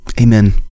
Amen